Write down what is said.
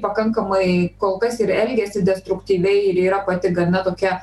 pakankamai kol kas ir elgiasi destruktyviai ir yra pati gana tokia